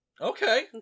okay